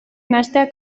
nahastea